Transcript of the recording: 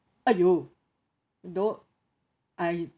!aiyo! don't I